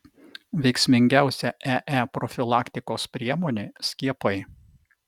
veiksmingiausia ee profilaktikos priemonė skiepai